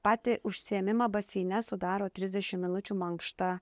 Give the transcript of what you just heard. patį užsiėmimą baseine sudaro trisdešim minučių mankšta